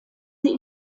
sie